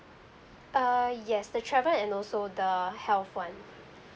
uh yes the travel and also the health one